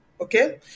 okay